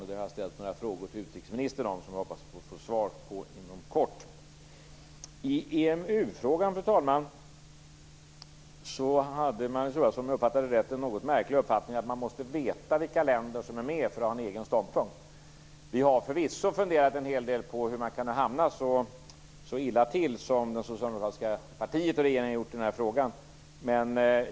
Jag har ställt några frågor om det till utrikesministern, som jag hoppas få svar på inom kort. Fru talman! Om jag uppfattade det rätt hade Magnus Johansson en något märklig uppfattning i EMU frågan. Han menade att man måste veta vilka länder som är med för att ha en egen ståndpunkt. Vi har förvisso funderat en hel del på hur man har kunnat hamna så illa som det socialdemokratiska partiet och regeringen i denna fråga.